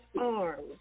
arms